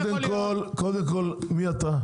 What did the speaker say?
קודם כל, מי אתה?